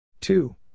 Two